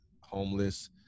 homeless